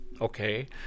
Okay